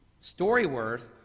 StoryWorth